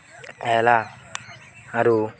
ହେଲା ଆରୁ